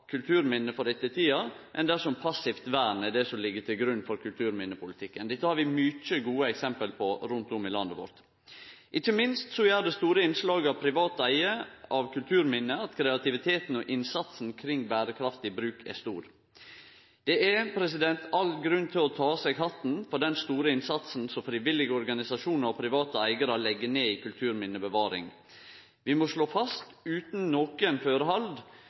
kulturminne for ettertida enn dersom passivt vern ligg til grunn for kulturminnepolitikken. Dette har vi mange gode eksempel på rundt om i landet vårt. Ikkje minst gjer det store innslaget av privat eige av kulturminne at kreativiteten og innsatsen kring berekraftig bruk er stor. Det er all grunn til å ta av seg hatten for den store innsatsen som frivillige organisasjonar og private eigarar legg ned i kulturminnebevaring. Vi må slå fast utan nokon førehald